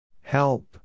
Help